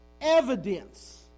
evidence